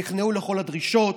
נכנעו לכל הדרישות,